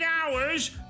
hours